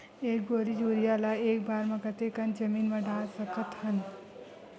एक बोरी यूरिया ल एक बार म कते कन जमीन म डाल सकत हन?